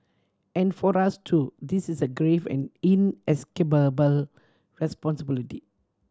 and for us too this is a grave and inescapable responsibility